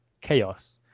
chaos